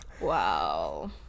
Wow